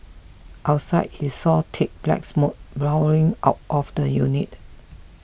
outside he saw thick black smoke billowing out of the unit